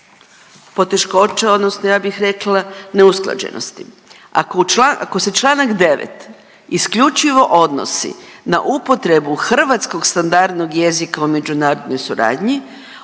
poteškoća odnosno ja bih rekla neusklađenosti. Ako u član…, ako se Članak 9. isključivo odnosi na upotrebu hrvatskog standardnog jezika u međunarodnoj suradnji